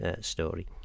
story